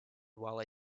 while